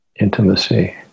Intimacy